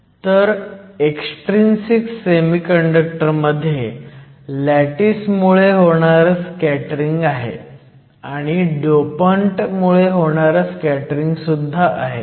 तर extrinsic semiconductor मध्ये lattice मुले होणारं स्कॅटरिंग आहे आणि डोपंट मुळे होणारं स्कॅटरिंग सुद्धा आहे